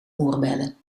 oorbellen